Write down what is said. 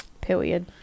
Period